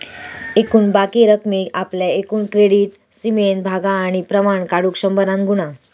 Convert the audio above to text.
एकूण बाकी रकमेक आपल्या एकूण क्रेडीट सीमेन भागा आणि प्रमाण काढुक शंभरान गुणा